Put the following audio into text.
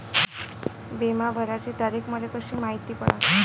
बिमा भराची तारीख मले कशी मायती पडन?